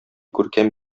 күркәм